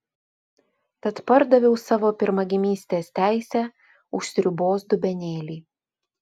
tad pardaviau savo pirmagimystės teisę už sriubos dubenėlį